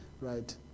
right